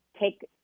take